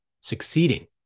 succeeding